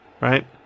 right